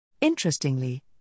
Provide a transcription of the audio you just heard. Interestingly